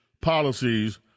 policies